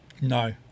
No